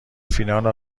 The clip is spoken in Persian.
فینال